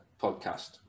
podcast